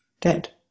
dead